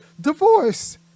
divorce